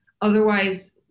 Otherwise